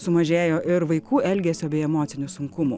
sumažėjo ir vaikų elgesio bei emocinių sunkumų